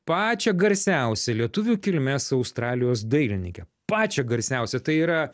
pačią garsiausią lietuvių kilmės australijos dailininkę pačią garsiausią tai yra